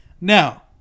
Now